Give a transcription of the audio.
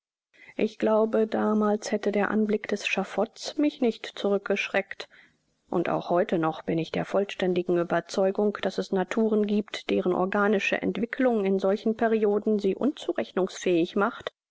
ich glaube damals hätte der anblick des schaffots mich nicht zurückgeschreckt und auch heute noch bin ich der vollständigen ueberzeugung daß es naturen giebt deren organische entwickelung in solchen perioden sie unzurechnungsfähig macht